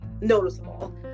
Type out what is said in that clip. noticeable